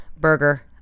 burger